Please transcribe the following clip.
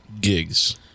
gigs